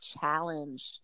challenge